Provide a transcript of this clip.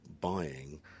buying